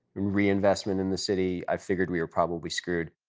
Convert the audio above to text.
re-investment in the city, i figured we were probably screwed